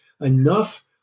enough